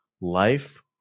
life